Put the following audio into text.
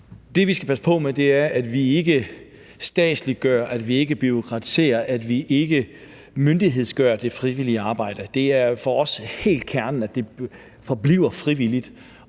Det, vi skal passe på med, er, at vi ikke statsliggør, at vi ikke bureaukratiserer, og at vi ikke myndighedsgør det frivillige arbejde. Det er for os kernen i det, at det forbliver frivilligt,